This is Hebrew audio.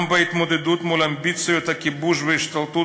גם בהתמודדות מול אמביציות הכיבוש וההשתלטות